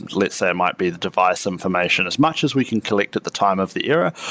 let's say it might be the device information. as much as we can collect at the time of the error,